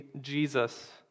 Jesus